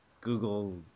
Google